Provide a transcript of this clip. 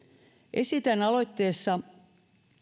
esitän aloitteessa